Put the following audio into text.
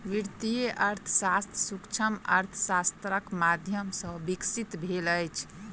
वित्तीय अर्थशास्त्र सूक्ष्म अर्थशास्त्रक माध्यम सॅ विकसित भेल अछि